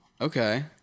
Okay